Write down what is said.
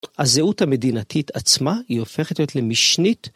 הזהות המדינתית עצמה, היא הופכת להיות למשנית.